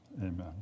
Amen